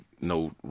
no